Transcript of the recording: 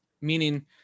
Meaning